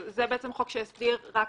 זה בעצם חוק שהסדיר רק